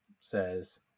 says